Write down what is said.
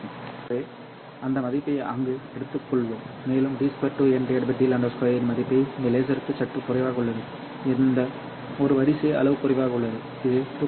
எனவே அந்த மதிப்பை அங்கே எடுத்துக்கொள்வோம் மேலும் d 2n d λ 2 இன் மதிப்பு இந்த லேசருக்கு சற்று குறைவாக உள்ளது இது ஒரு வரிசை அளவு குறைவாக உள்ளது இது 2